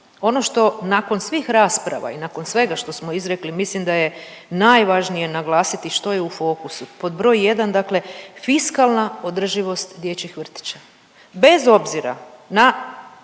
ono što nakon svih rasprava i nakon svega što smo izrekli mislim da je najvažnije naglasiti što je u fokusu. Pod broj jedan dakle fiskalna održivost dječjih vrtića bez obzira na